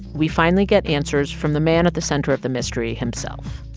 we finally get answers from the man at the center of the mystery himself.